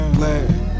black